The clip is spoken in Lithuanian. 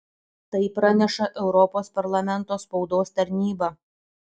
tai praneša europos parlamento spaudos tarnyba